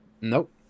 Nope